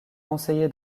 conseillé